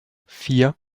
vier